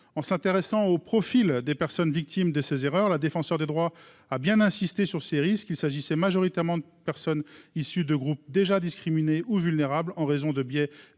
En s'intéressant aux profils des personnes victimes de ces erreurs, la Défenseure des droits a bien insisté sur ces risques : il s'agissait majoritairement de personnes issues de groupes discriminés ou vulnérables, en raison des biais